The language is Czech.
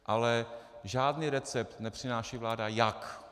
Ale žádný recept nepřináší vláda jak.